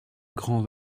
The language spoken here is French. grands